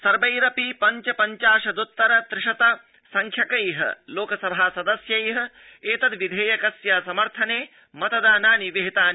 सर्वैरपि पञ्च पञ्चाशदत्तर त्रि शत संख्यकै लोकसभा सदस्यै एतद्विधक्तिय समर्थनक्तिदानानि विहितानि